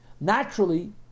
Naturally